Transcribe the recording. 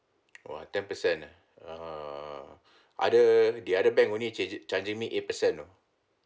!wah! ten percent ah err other the other bank only cha~ it charging me eight percent you know